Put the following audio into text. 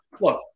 look